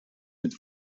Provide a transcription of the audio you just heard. mit